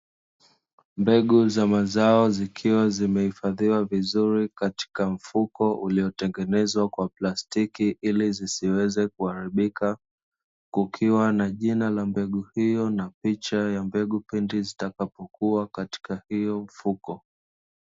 Mbegu za mazao zikiwa zimeifaziwa vizuri katika mfumo ulilotengenezwa kwa plastiki ili zisiweze kuharibika, kukiwa na jina la mbegu hiyo na picha ya mbegu kipindi zitakapokuwa katika huo mfumo.